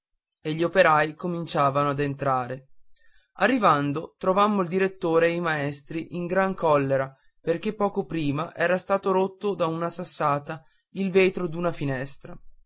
e gli operai cominciavano ad entrare arrivando trovammo il direttore e i maestri in gran collera perché poco prima era stato rotto da una sassata il vetro d'una finestra